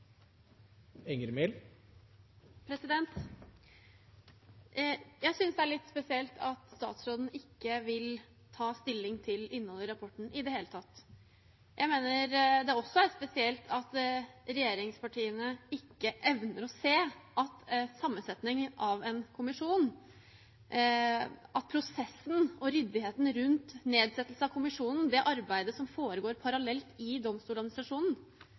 litt spesielt at statsråden ikke vil ta stilling til innholdet i rapporten i det hele tatt. Jeg mener det også er spesielt at regjeringspartiene ikke evner å se at sammensetningen av kommisjonen, prosessen og ryddigheten rundt nedsettelsen av den – det arbeidet som foregår parallelt i Domstoladministrasjonen